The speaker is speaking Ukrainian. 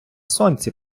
сонці